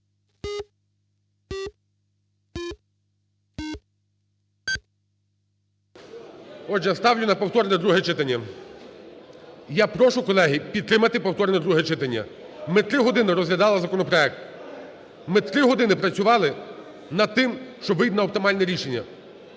Отже, ставлю на повторне друге читання. Я прошу, колеги, підтримати повторне друге читання. Ми три години розглядали законопроект. Ми три години працювали над тим, щоб вийти на оптимальне рішення.